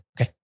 Okay